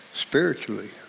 spiritually